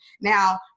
Now